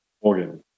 organ